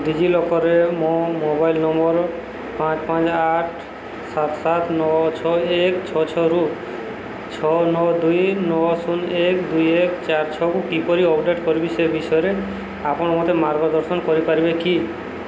D ଜି ଲକର୍ରେ ମୋ ମୋବାଇଲ୍ ନମ୍ବର୍ ପାଞ୍ଚ ପାଞ୍ଚ ଆଠ ସାତ ସାତ ନଅ ଛଅ ଏକ ଛଅ ଛଅରୁ ଛଅ ନଅ ଦୁଇ ନଅ ଶୂନ ଏକ ଦୁଇ ଏକ ଚାରି ଛଅକୁ କିପରି ଅପଡ଼େଟ୍ କରିବି ସେ ବିଷୟରେ ଆପଣ ମୋତେ ମାର୍ଗଦର୍ଶନ କରିପାରିବେ କି